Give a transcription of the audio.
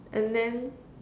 and then